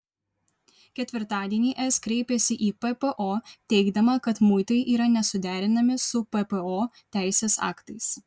ketvirtadienį es kreipėsi į ppo teigdama kad muitai yra nesuderinami su ppo teisės aktais